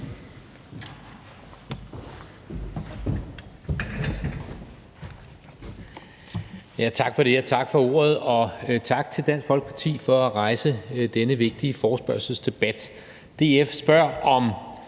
Tak for det, og tak for ordet. Tak til Dansk Folkeparti for at rejse denne vigtige forespørgselsdebat. DF spørger om